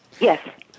Yes